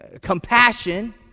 compassion